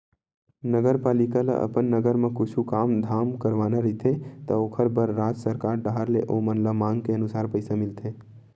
नगरपालिका ल अपन नगर म कुछु काम धाम करवाना रहिथे त ओखर बर राज सरकार डाहर ले ओमन ल मांग के अनुसार पइसा मिलथे